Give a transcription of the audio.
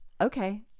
okay